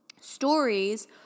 Stories